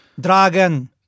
Dragon